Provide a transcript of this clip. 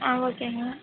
ஆ ஓகேங்க